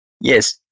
Yes